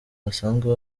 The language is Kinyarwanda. basanzwe